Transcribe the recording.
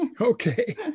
Okay